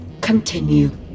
Continue